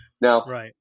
now